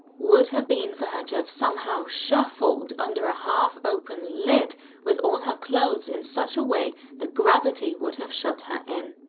would have been for her to have somehow shuffled under a half open lid with all her clothes in such a way that gravity would have shut her in.